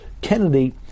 Kennedy